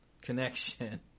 connection